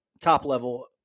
top-level